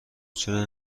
چرا